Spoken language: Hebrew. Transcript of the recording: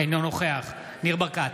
אינו נוכח ניר ברקת,